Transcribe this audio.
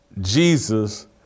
Jesus